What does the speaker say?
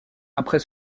après